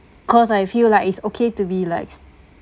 cause I feel like it's okay to be like